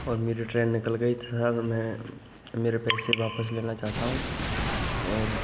और मेरी ट्रेन निकल गई मैं मेरे पैसे वापस लेना चाहता हूँ और